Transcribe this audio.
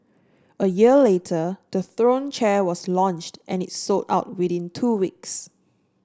a year later the Throne chair was launched and it sold out within two weeks